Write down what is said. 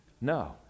no